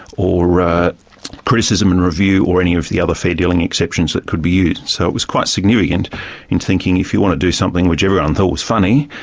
or criticism and review or any of the other fair dealing exceptions that could be used. so it was quite significant in thinking if you want to do something which everyone thought was funny,